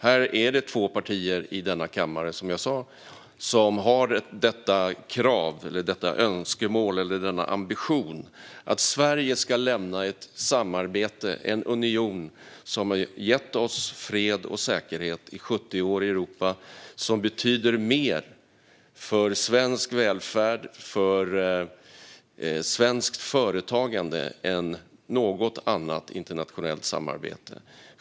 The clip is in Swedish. Det är två partier i denna kammare, som jag sa, som har detta krav, detta önskemål eller denna ambition att Sverige ska lämna ett samarbete och en union som har gett oss fred och säkerhet i 70 år i Europa och som betyder mer för svensk välfärd och svenskt företagande än något annat internationellt samarbete.